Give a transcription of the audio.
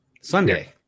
Sunday